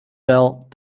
felt